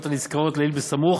התקנות הנזכרות לעיל בסמוך